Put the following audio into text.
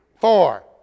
four